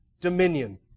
dominion